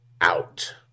out